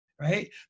right